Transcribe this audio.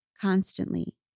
constantly